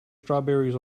strawberries